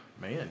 Man